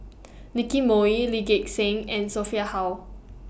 Nicky Moey Lee Gek Seng and Sophia Hull